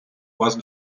вас